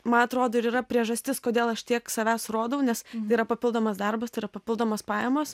man atrodo ir yra priežastis kodėl aš tiek savęs rodau nes tai yra papildomas darbas tai yra papildomas pajamos